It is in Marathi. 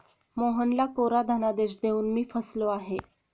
मोहनला कोरा धनादेश देऊन मी फसलो आहे